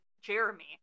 jeremy